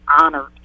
honored